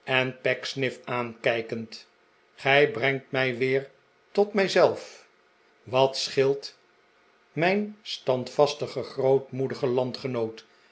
pecksniff aankijkend gij brengt mij weer tot mij zelf wat scheelt mijn standvastigen grootmoedigen landgenoot